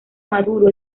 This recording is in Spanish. maduro